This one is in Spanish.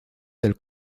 del